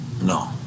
No